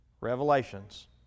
Revelations